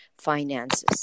finances